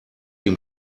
ihm